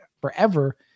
forever –